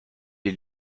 les